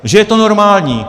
Že je to normální.